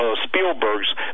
Spielberg's